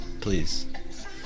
Please